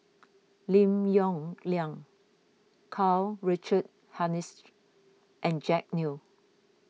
Lim Yong Liang Karl Richard Hanitsch and Jack Neo